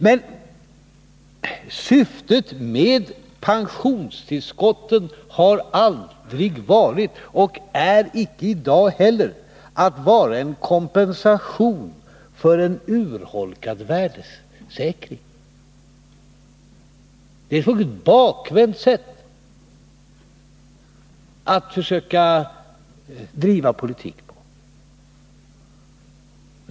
Men syftet med pensionstillskotten har aldrig varit och är icke heller i dag att de skall utgöra en kompensation för en urholkad värdesäkring. Det är ett fullkomligt bakvänt sätt att försöka driva politik på.